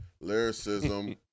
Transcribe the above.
Lyricism